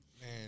Man